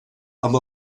amb